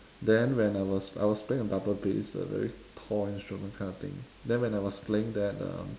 then when I was I was playing a double bass a very tall instrument kind of thing then when I was playing that um